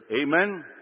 Amen